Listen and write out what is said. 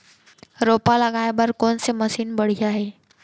रोपा लगाए बर कोन से मशीन बढ़िया हे?